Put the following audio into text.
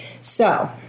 So-